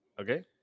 Okay